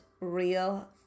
real